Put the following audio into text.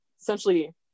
essentially